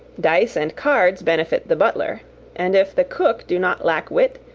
dice and cards benefit the butler and if the cook do not lack wit,